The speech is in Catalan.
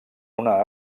una